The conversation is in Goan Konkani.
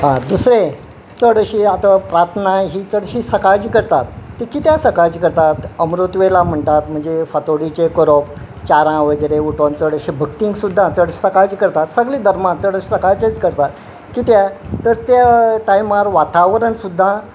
दुसरे चडशी आतां प्रार्थनाय ही चडशी सकाळजी करतात ती कित्याक सकाळची करतात अमृत वेला म्हणटात म्हणजे फातोडीचे करप चारां वगेरे उठोन चडशे भक्तींक सुद्दा चडशे सकाळची करतात सगळीं धर्मान चडशे सकाळचेच करतात कित्या तर त्या टायमार वातावरण सुद्दां